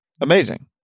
Amazing